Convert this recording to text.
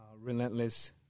relentless